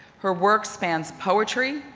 her work spans poetry,